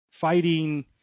Fighting